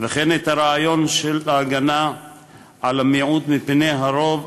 וכן את הרעיון של ההגנה על המיעוט מפני הרוב,